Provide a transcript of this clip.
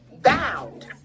bound